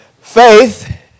Faith